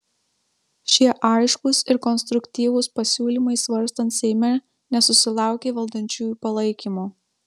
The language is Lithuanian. šie aiškūs ir konstruktyvūs pasiūlymai svarstant seime nesusilaukė valdančiųjų palaikymo